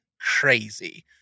crazy